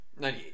98